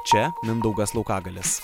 čia mindaugas laukagalius